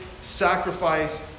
sacrifice